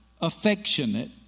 affectionate